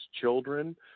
children